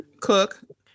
Cook